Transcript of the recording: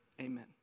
Amen